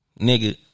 Nigga